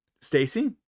Stacy